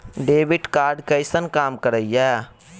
Debit card कैसन काम करेया?